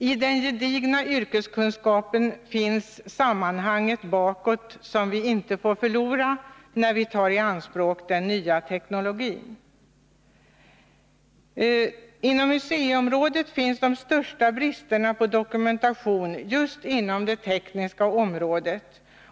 I den gedigna yrkeskunskapen finns sammanhanget bakåt, som vi inte får förlora när vi tar i anspråk den nya teknologin. När det gäller museerna finns de största bristerna i fråga om dokumentation just inom det tekniska området.